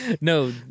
No